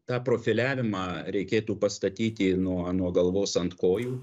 tą profiliavimą reikėtų pastatyti nuo nuo galvos ant kojų